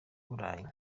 burayi